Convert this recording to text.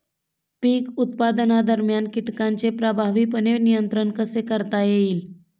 पीक उत्पादनादरम्यान कीटकांचे प्रभावीपणे नियंत्रण कसे करता येईल?